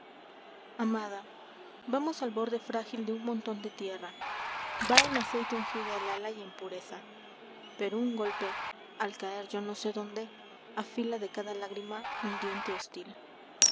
amada vamos al borde frágil de un montón de tierra va en aceite ungida el ala y en pureza pero un golpe al caer yo no sé dónde afila de cada lágrima un diente hostil